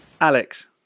Alex